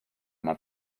oma